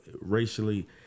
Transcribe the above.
racially